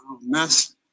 Mess